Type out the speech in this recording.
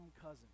cousin